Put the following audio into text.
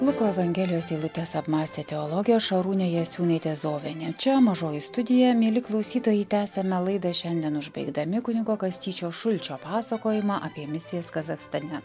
luko evangelijos eilutes apmąstė teologė šarūnė jasiūnaitė zovienė čia mažoji studija mieli klausytojai tęsiame laidą šiandien užbaigdami kunigo kastyčio šulčio pasakojimą apie misijas kazachstane